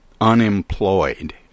unemployed